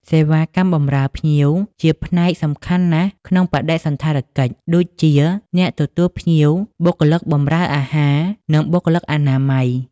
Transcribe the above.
សេវាកម្មបម្រើភ្ញៀវជាផ្នែកសំខាន់ណាស់ក្នុងបដិសណ្ឋារកិច្ច ដូចជា អ្នកទទួលភ្ញៀវ បុគ្គលិកបម្រើអាហារ និងបុគ្គលិកអនាម័យ។